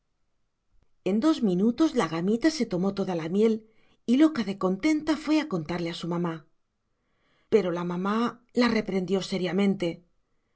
en dos minutos la gamita se tomó toda la miel y loca de contenta fue a contarle a su mamá pero la mamá la reprendió seriamente